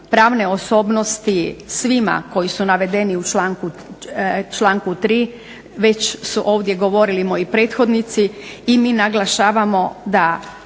pravne osobnosti svima koji su navedeni u članku 3. već su ovdje govorili moji prethodnici i mi naglašavamo da